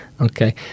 Okay